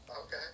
Okay